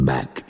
Back